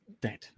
dead